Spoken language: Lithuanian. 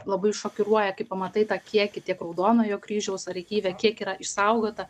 labai šokiruoja kai pamatai tą kiekį tiek raudonojo kryžiaus archyve kiek yra išsaugota